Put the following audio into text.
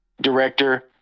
director